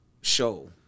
show